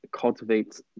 cultivates